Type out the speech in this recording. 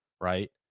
right